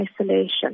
isolation